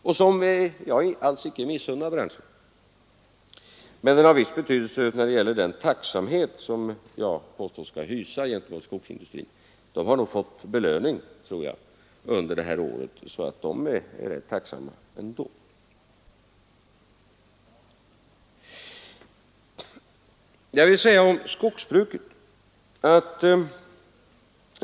Jag missunnar alls icke branschen den förbättringen, men den har en viss betydelse när det gäller den tacksamhet som jag påstås böra hysa gentemot skogsindustrierna. De har fått belöning, tror jag, under det här året så att de är rätt tacksamma ändå.